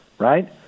Right